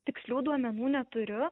tikslių duomenų neturiu